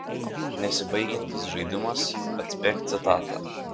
nesibaigiantis žaidimas atspėk citatą